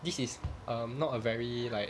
this is um not a very like